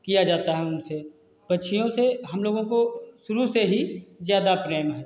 किया जाता है उनसे पक्षियों से हम लोगों को शुरू से ही ज़्यादा प्रेम है